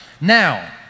Now